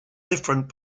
different